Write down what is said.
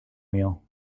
meal